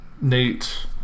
Nate